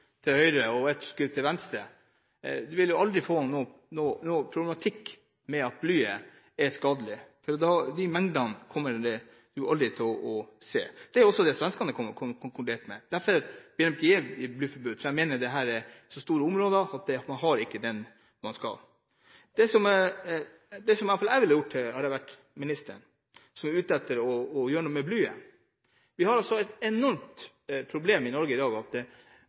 til høyre og et skudd til venstre. Man vil aldri få noen problematikk ved det at blyet er skadelig, for slike mengder kommer man ikke til å se. Dette har også svenskene konkluderte med. Derfor bør ikke bruk av blyhagl være forbudt. Jeg mener at det er så store områder at man ikke vil få denne problematikken. Det iallfall jeg ville ha tenkt hadde jeg vært ministeren, som er ute etter å gjøre noe med blyet, er: Vi har et enormt problem i Norge i dag.